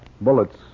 Bullets